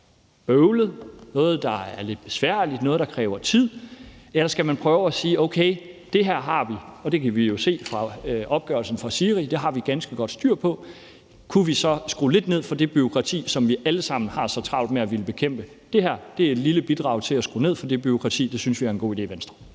bøvlet, noget, der er lidt besværligt, og noget, der kræver tid, eller om skal man prøve at sige, at okay, det her har vi, og det kan vi jo se fra opgørelsen fra SIRI at vi har ganske godt styr på, og så se på, om vi kunne skrue lidt ned for det bureaukrati, som vi alle sammen har så travlt med at ville bekæmpe. Det her er et lille bidrag til at skrue ned for det bureaukrati, og det synes vi er en god idé i Venstre.